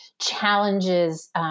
challenges